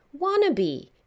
wannabe